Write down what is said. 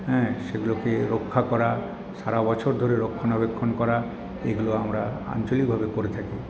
হ্যাঁ সেগুলোকে রক্ষা করা সারা বছর ধরে রক্ষণাবেক্ষন করা এইগুলো আমরা আঞ্চলিক ভাবে করে থাকি